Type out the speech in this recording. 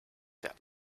that